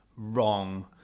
wrong